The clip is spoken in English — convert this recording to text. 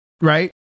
Right